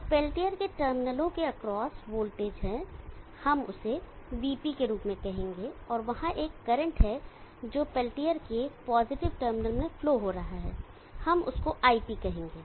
तो पेल्टियर के टर्मिनलों के एक्रॉस वोल्टेज है हम उसे Vp के रूप में कहेंगे और वहां एक करंट है जो पेल्टियर के पॉजिटिव टर्मिनल में फ्लो हो रहा है और हम उसको Ip कहेंगे